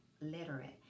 literate